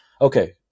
Okay